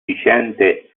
viciente